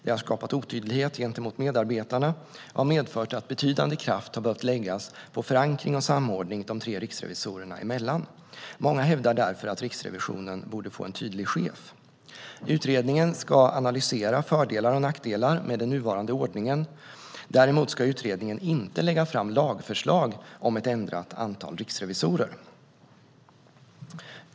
Det har skapat otydlighet gentemot medarbetarna och har medfört att betydande kraft har behövt läggas på förankring och samordning de tre riksrevisorerna emellan. Många hävdar därför att Riksrevisionen borde få en tydlig chef. Utredningen ska analysera fördelar och nackdelar med den nuvarande ordningen. Däremot ska utredningen inte lägga fram lagförslag om ett ändrat antal riksrevisorer.